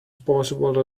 possible